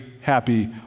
happy